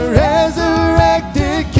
resurrected